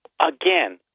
Again